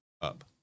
up